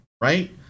Right